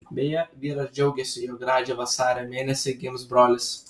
beje vyras džiaugėsi jog radži vasario mėnesį gims brolis